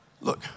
Look